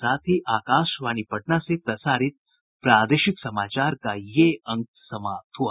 इसके साथ ही आकाशवाणी पटना से प्रसारित प्रादेशिक समाचार का ये अंक समाप्त हुआ